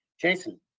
Jason